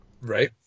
Right